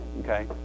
okay